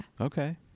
Okay